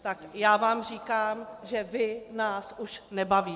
Tak já vám říkám, že vy nás už nebavíte.